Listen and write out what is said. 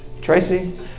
Tracy